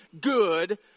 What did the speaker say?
good